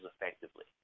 effectively